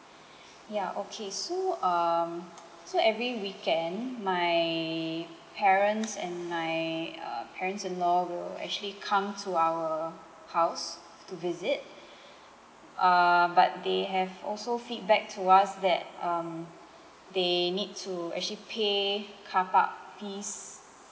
ya okay so um so every weekend my parents and my uh parents in law will actually come to our house to visit uh but they have also feedback to us that um they need to actually pay car park fees